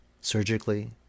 surgically